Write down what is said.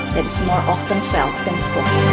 it's more often felt than spoken.